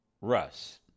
Russ